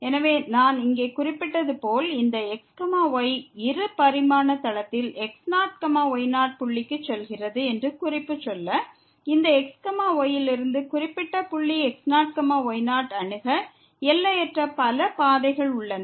எனவே நான் இங்கே குறிப்பிட்டது போல் இந்த x y இரு பரிமாண தளத்தில் x0 y0 புள்ளிக்கு செல்கிறது என்று குறிப்பு சொல்ல இந்த x y லிருந்து குறிப்பிட்ட புள்ளி x0 y0ஐ அணுக எல்லையற்ற பல பாதைகள் உள்ளன